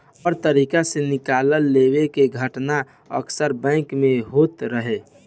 अवैध तरीका से निकाल लेवे के घटना अक्सर बैंक में होखत रहे